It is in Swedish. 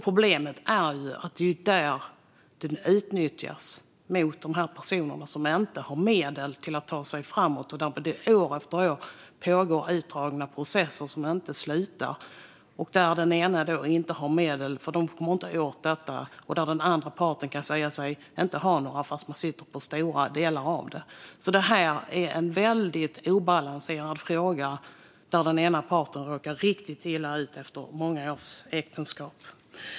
Problemet är ju att detta utnyttjas gentemot de personer som inte har medel för att ta sig framåt. Det är utdragna processer. De pågår år efter år och slutar inte. Den ena parten har inga medel, för den kommer inte åt dem. Och den andra parten kan säga sig inte ha några fast den sitter på stora delar av dem. Det är alltså en väldigt obalanserad fråga, där den ena parten råkar riktigt illa ut efter många års äktenskap.